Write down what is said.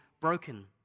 broken